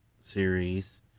series